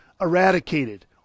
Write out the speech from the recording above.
eradicated